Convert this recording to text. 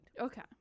Okay